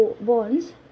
bonds